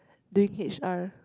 doing H_R